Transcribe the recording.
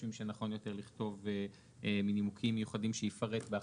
חושבים שנכון יותר לכתוב "מנימוקים מיוחדים שיפרט בהחלטתו".